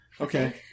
Okay